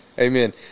Amen